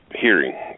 hearing